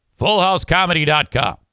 Fullhousecomedy.com